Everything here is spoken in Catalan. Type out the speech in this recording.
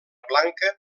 blanca